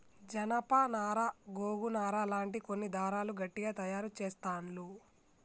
జానప నారా గోగు నారా లాంటి కొన్ని దారాలు గట్టిగ తాయారు చెస్తాండ్లు